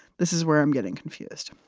this is where i'm getting confused.